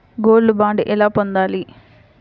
Gold bond ఎలా పొందాలి?